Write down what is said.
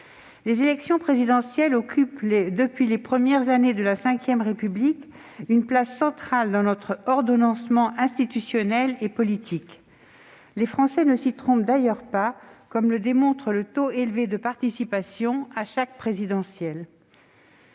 en 2022. Ce scrutin occupe, depuis les premières années de la VRépublique, une place centrale dans notre ordonnancement institutionnel et politique. Les Français ne s'y trompent d'ailleurs pas, comme le montre le taux élevé de participation à chaque présidentielle.